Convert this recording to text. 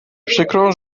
przykro